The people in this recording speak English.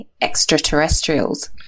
extraterrestrials